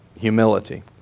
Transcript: Humility